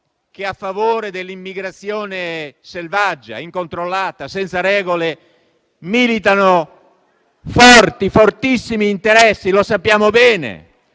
che a favore dell'immigrazione selvaggia, incontrollata e senza regole militano fortissimi interessi. Sappiamo bene